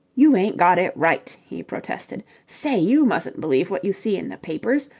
you ain't got it right he protested. say, you mustn't believe what you see in the papers.